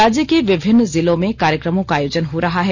राज्य के विभिन्न जिलों में कार्यक्रमों का आयोजन हो रहा है